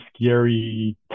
scary